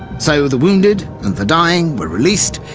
so the wounded, and the dying, were released,